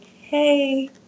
hey